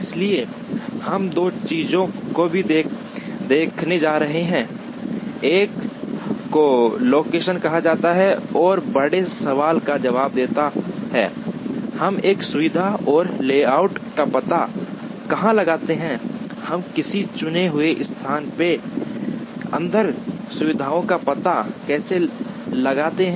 इसलिए हम दो चीजों को देखने जा रहे हैं एक को लोकेशन कहा जाता है जो बड़े सवाल का जवाब देता है हम एक सुविधा और लेआउट का पता कहां लगाते हैं हम किसी चुने हुए स्थान के अंदर सुविधाओं का पता कैसे लगाते हैं